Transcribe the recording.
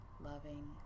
loving